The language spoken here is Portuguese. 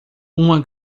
uma